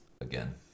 again